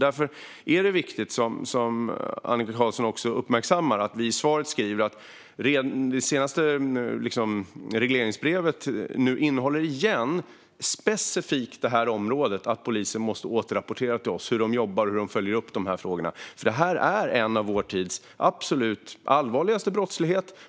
Därför är det viktigt som jag säger i svaret och som Annika Qarlsson också uppmärksammar: Det senaste regleringsbrevet innehåller återigen detta specifika område. Polisen måste återrapportera till oss hur man jobbar med och följer upp dessa frågor, för detta är en av vår tids absolut allvarligaste former av brottslighet.